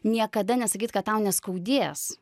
niekada nesakyt kad tau neskaudės